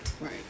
Right